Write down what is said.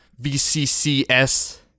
VCCS